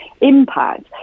impact